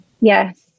Yes